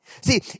See